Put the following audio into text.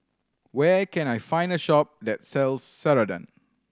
where can I find a shop that sells Ceradan